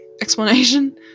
explanation